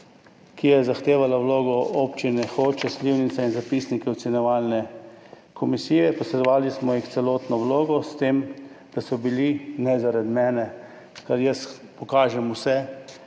ki je zahtevala vlogo občine Hoče - Slivnica in zapisnike ocenjevalne komisije. Posredovali smo jim celotno vlogo, s tem, da so bili, ne zaradi mene, ker jaz pokažem vse,